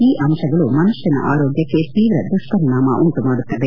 ಈ ಅಂಶಗಳು ಮನುಷ್ಲನ ಆರೋಗ್ಟಕ್ಕೆ ತೀವ್ರ ದುಪ್ಪರಿಣಾಮ ಉಂಟು ಮಾಡುತ್ತವೆ